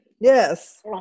Yes